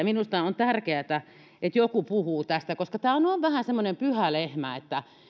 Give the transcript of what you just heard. minusta on tärkeätä että joku puhuu tästä koska tämähän on vähän semmoinen pyhä lehmä että